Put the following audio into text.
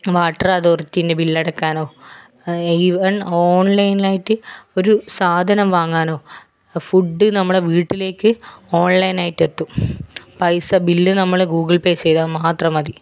water അതോറിറ്റിൻ്റെ ബില്ലടയ്ക്കാനോ even ഓൺലൈനായിട്ട് ഒരു സാധനം വാങ്ങാനോ ഫുഡ് നമ്മുടെ വീട്ടിലേക്ക് ഓൺലൈനായിട്ടെത്തും പൈസ ബിൽ നമ്മൾ ഗൂഗിൾ പേ ചെയ്താൽ മാത്രം മതി